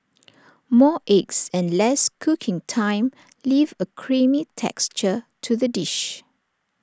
more eggs and less cooking time leave A creamy texture to the dish